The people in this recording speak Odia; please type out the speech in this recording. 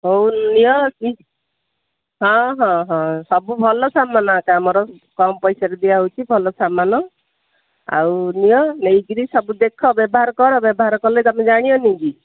ହଉ ନିଅ ଆସି ହଁ ହଁ ହଁ ସବୁ ଭଲ ସାମାନ ଏକା ଆମର କମ୍ ପଇସାରେ ଦିଆହେଉଛି ଭଲ ସାମାନ ଆଉ ନିଅ ନେଇକି ସବୁଦେଖ ବ୍ୟବହାର କର ବ୍ୟବହାର କଲେ ତମେ ଜାଣିବନିକି